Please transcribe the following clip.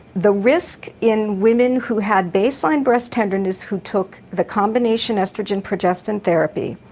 the risk in women who had baseline breast tenderness, who took the combination oestrogen progestin therapy,